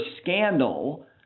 scandal